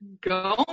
go